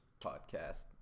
podcast